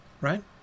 right